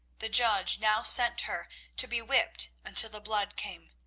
the judge now sent her to be whipped until the blood came,